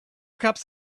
cups